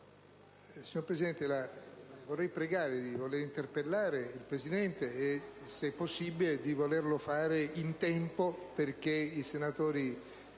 Signor Presidente, la vorrei pregare di interpellare il Presidente e, se possibile, di volerlo fare in tempo perché i senatori